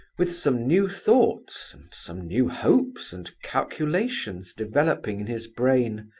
with some new thoughts, and some new hopes and calculations developing in his brain,